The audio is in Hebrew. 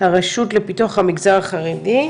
הרשות לפיתוח המגזר החרדי,